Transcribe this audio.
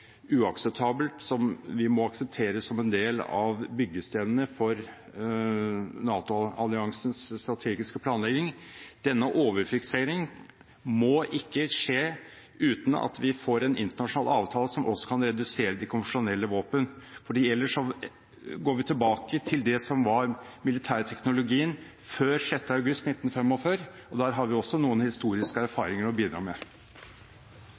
uakseptabelt som vi må akseptere som en del av byggestenene for NATO-alliansens strategiske planlegging, denne overfikseringen, ikke må skje uten at vi får en internasjonal avtale som også kan redusere de konvensjonelle våpnene. Ellers går vi tilbake til det som var militærteknologien før 6. august 1945, og der har vi jo også noen historiske erfaringer å bidra med.